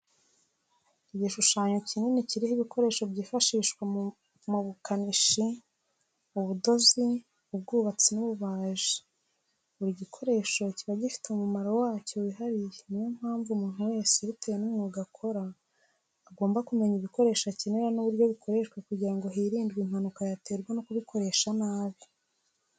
Igishushanyo kikini kiriho ibikoresho byifashishwa mu bukanishi, ubudozi, ubwubatsi n'ububaji, buri gikoresho kiba gifite umumaro wacyo wihariye ni yo mpamvu umuntu wese bitewe n'umwuga akora agomba kumenya ibikoresho akenera n'uburyo bikoreshwa kugira ngo hirindwe impanuka yaterwa no kubikoresha nabi.